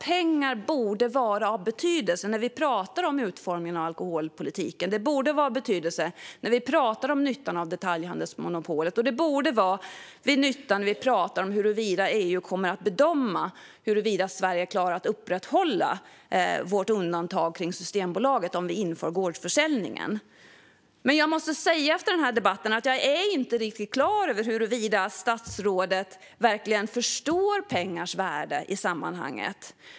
Pengar borde vara av betydelse när vi pratar om utformningen av alkoholpolitiken. Detta borde vara av betydelse när vi pratar om nyttan av detaljhandelsmonopolet. Och det borde vara till nytta när vi pratar om hur EU kommer att bedöma detta: Klarar Sverige att upprätthålla undantaget för Systembolaget om Sverige inför gårdsförsäljning? Men jag måste säga att jag efter denna debatt inte är riktigt klar över huruvida statsrådet verkligen förstår pengars värde i sammanhanget.